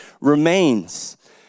remains